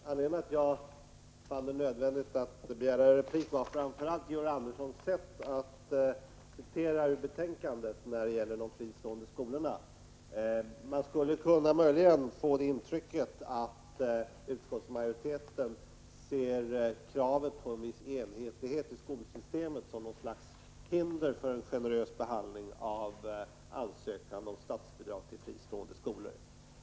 Herr talman! Anledningen till att jag fann det nödvändigt att begära replik var framför allt Georg Anderssons sätt att citera ur betänkandet när det gäller de fristående skolorna. Man skulle möjligen kunna få det intrycket att utskottsmajoriteten ser kravet på en viss enhetlighet i skolsystemet som ett hinder för en generös behandling av ansökan om statsbidrag till fristående skolor.